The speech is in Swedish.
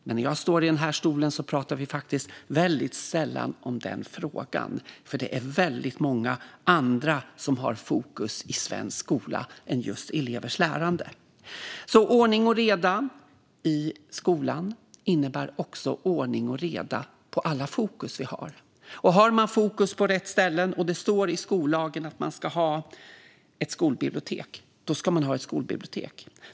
Men när jag står i den här talarstolen pratar vi faktiskt sällan om den frågan, för det är väldigt många som har fokus på mycket annat i svensk skola än på just elevers lärande. Ordning och reda i skolan innebär också ordning och reda när det gäller att vi har fokus på så mycket. Har man fokus på rätt ställen och det står i skollagen att man ska ha ett skolbibliotek - då ska man ha ett skolbibliotek.